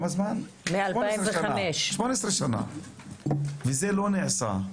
18 שנה וזה לא נעשה,